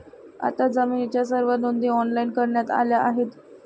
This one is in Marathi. आता जमिनीच्या सर्व नोंदी ऑनलाइन करण्यात आल्या आहेत